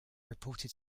reported